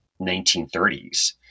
1930s